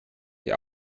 der